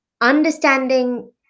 understanding